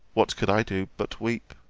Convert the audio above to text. what could i do but weep?